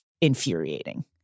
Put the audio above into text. infuriating